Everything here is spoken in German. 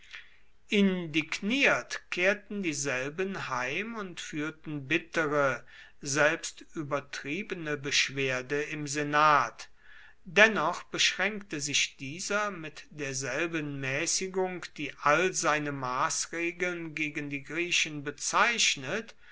indigniert kehrten dieselben heim und führten bittere selbst übertriebene beschwerde im senat dennoch beschränkte sich dieser mit derselben mäßigung die all seine maßregeln gegen die griechen bezeichnet